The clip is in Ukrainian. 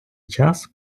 час